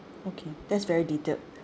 okay that's very detailed